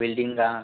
बिल्डिंगा